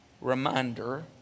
reminder